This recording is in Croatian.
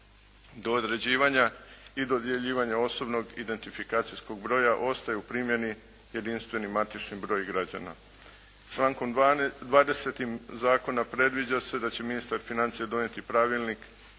Do određivanja i dodjeljivanja osobnog identifikacijskog broja ostaje u primjeni jedinstveni matični broj građana. Člankom 20. zakona predviđa se da će ministar financija donijeti pravilnik